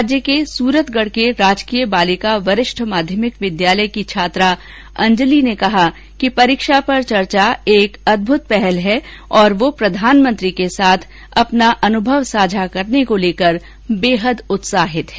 राज्य के सूरतगढ के राजकीय बालिका वरिष्ठ माध्यमिक विद्यालय की छात्रा अंजलि ने कहा कि परीक्षा पर ं चर्चा एक अदभत पहल है और वह प्रधानमंत्री के साथ अपना अनुभव साझा करने को लेकर बेहद उत्साहित है